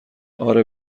اره